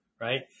right